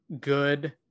good